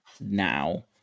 now